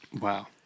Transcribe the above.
wow